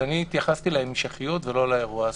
התייחסתי להמשכיות ולא לאירוע הספציפי.